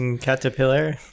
caterpillar